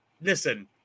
listen